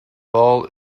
ball